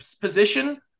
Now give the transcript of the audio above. position